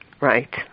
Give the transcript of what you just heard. right